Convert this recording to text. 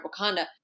Wakanda